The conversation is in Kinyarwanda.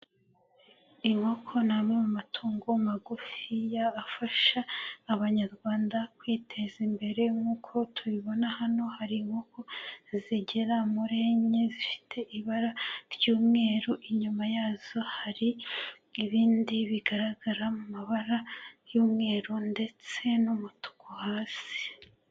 Inkoko ni amwe mu matungo magufiya afasha abanyarwanda kwiteza imbere nk'uko tubibona hano hari inkoko zigera muri enye zifite ibara ry'umweru inyuma yazo hari ibindi bigaragara mu mabara y'umweru ndetse n'umutuku hasi.